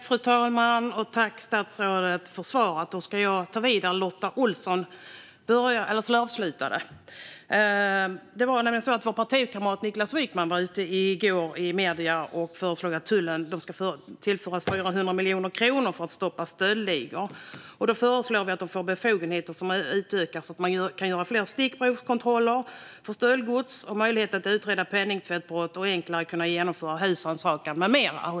Fru talman! Tack, statsrådet, för svaret! Jag ska ta vid där Lotta Olsson slutade. Vår partikamrat Niklas Wykman var ute i medierna i går och föreslog att tullen ska tillföras 400 miljoner kronor för att stoppa stöldligor, att de ska få utökade befogenheter så att de kan göra fler stickprovskontroller för stöldgods och att de ska få möjlighet att utreda penningtvättbrott och enklare kunna genomföra husrannsakningar med mera.